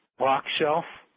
locked shelf,